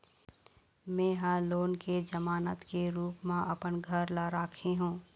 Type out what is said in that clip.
में ह लोन के जमानत के रूप म अपन घर ला राखे हों